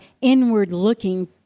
inward-looking